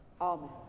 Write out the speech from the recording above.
Amen